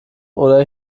oder